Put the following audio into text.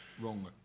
Wrong